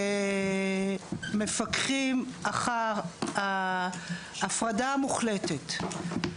מפקחים אחר ההפרדה המוחלטת.